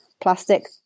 plastic